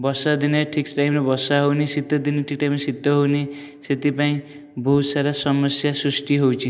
ବର୍ଷାଦିନେ ଠିକ୍ ବର୍ଷା ହେଉନି ଶୀତଦିନେ ଠିକ୍ ଟାଇମରେ ଶୀତ ହେଉନି ସେଥିପାଇଁ ବହୁତ୍ ସାରା ସମସ୍ୟା ସୃଷ୍ଟି ହେଉଛି